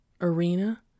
arena